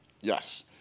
Yes